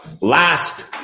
last